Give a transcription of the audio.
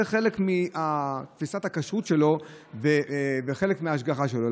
זה חלק מתפיסת הכשרות שלו וחלק מההשגחה שלו.